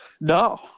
No